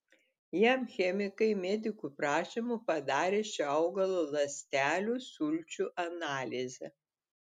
jam chemikai medikų prašymu padarė šio augalo ląstelių sulčių analizę